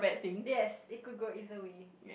yes it could go either way